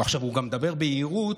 הוא גם מדבר ביהירות,